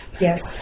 yes